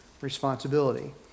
responsibility